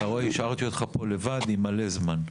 השארתי אותך פה לבד עם מלא זמן.